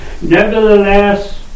Nevertheless